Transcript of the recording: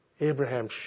Abraham